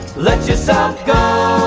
let's just um go.